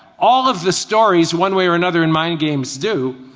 all of the stories one way or another in mind games do,